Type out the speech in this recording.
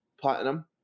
platinum